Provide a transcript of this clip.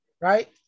Right